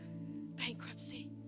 Bankruptcy